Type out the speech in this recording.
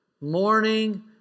morning